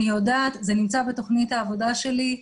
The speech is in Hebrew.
אני יודעת וזה נמצא בתוכנית העבודה שלי.